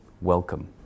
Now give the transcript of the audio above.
welcome